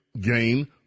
gain